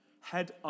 Head